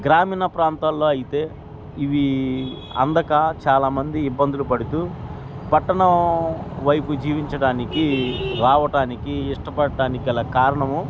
గ్రామీణ ప్రాంతాల్లో అయితే ఇవి అందక చాలామంది ఇబ్బందులు పడుతూ పట్టణం వైపు జీవించడానికి రావటానికి ఇష్టపడ్డాానికి అల కారణము